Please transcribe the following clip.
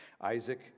Isaac